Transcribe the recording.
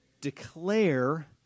declare